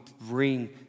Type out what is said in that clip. bring